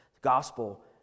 gospel